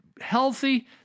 Healthy